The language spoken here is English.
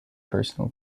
personal